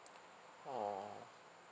orh